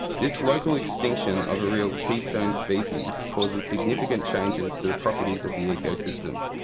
this local extinction of a real keystone species causes significant changes to the properties of the ecosystem.